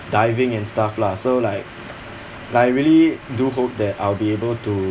diving and stuff lah so like like I really do hope that I'll be able to